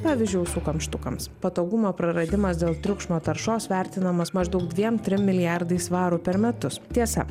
pavyzdžiui ausų kamštukams patogumo praradimas dėl triukšmo taršos vertinamas maždaug dviem trim milijardais svarų per metus tiesa